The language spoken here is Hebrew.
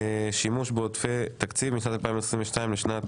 שימוש בעודפי תקציב משנת 2022 לשנת